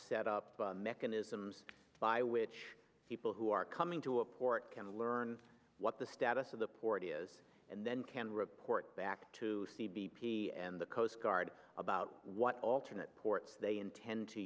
set up mechanisms by which people who are coming to a port can learn what the status of the port is and then can report back to the b p and the coast guard about what alternate ports they intend to